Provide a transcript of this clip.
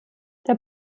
der